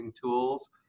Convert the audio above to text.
tools